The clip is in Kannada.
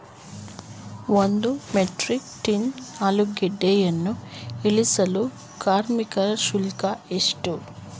ಒಂದು ಮೆಟ್ರಿಕ್ ಟನ್ ಆಲೂಗೆಡ್ಡೆಯನ್ನು ಇಳಿಸಲು ಕಾರ್ಮಿಕ ಶುಲ್ಕ ಎಷ್ಟು?